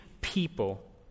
people